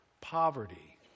poverty